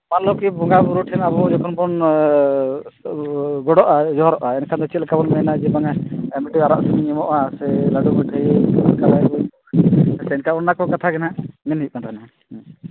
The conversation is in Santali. ᱯᱟᱞᱮ ᱠᱤ ᱵᱚᱸᱜᱟᱼᱵᱩᱨᱩ ᱴᱷᱮᱱ ᱟᱵᱚ ᱡᱚᱠᱷᱚᱱ ᱵᱚᱱ ᱜᱚᱸᱰᱚᱜᱼᱟ ᱡᱚᱦᱟᱨᱚᱜᱼᱟ ᱮᱱᱠᱷᱟᱡ ᱫᱚ ᱪᱮᱫ ᱞᱮᱠᱟ ᱵᱚᱱ ᱢᱮᱱᱮᱜᱼᱟ ᱡᱮ ᱵᱟᱝᱢᱟ ᱢᱤᱫᱴᱟᱹᱱ ᱟᱨᱟᱜ ᱥᱟᱹᱰᱤᱧ ᱮᱢᱚᱜᱼᱟ ᱥᱮ ᱞᱟᱹᱰᱩ ᱢᱤᱴᱷᱟᱹᱭ ᱥᱮ ᱪᱮᱫᱠᱟ ᱚᱱᱟ ᱠᱚ ᱠᱟᱛᱷᱟ ᱜᱮ ᱦᱟᱸᱜ ᱢᱮᱱ ᱦᱩᱭᱩᱜ ᱠᱟᱱ ᱛᱟᱦᱮᱱᱟ